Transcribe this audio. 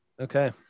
Okay